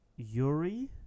Yuri